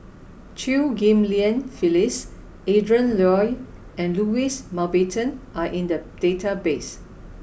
Chew Ghim Lian Phyllis Adrin Loi and Louis Mountbatten are in the database